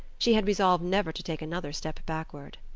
she had resolved never to take another step backward.